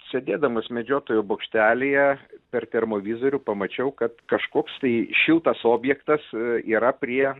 sėdėdamas medžiotojo bokštelyje per termovizorių pamačiau kad kažkoks tai šiltas objektas yra prie